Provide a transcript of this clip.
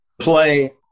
play